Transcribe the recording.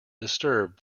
disturb